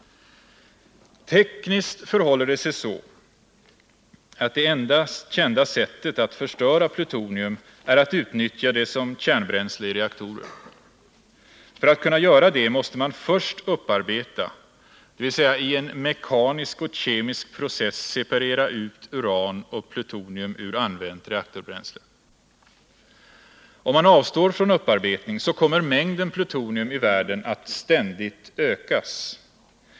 Tekniskt förhåller det sig så, att det enda kända sättet att förstöra plutonium är att utnyttja det som kärnbränsle i reaktorer. För att kunna göra det måste man först upparbeta, dvs. i en mekanisk och kemisk process separera ut uran och plutonium ur använt reaktorbränsle. Om man avstår från upparbetning kommer mängden plutonium i världen att ständigt ökas.